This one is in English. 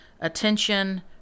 attention